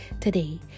today